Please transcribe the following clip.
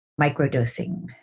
microdosing